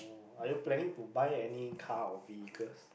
are you planning to buy car or vehicles